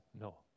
no